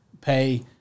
pay